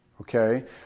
Okay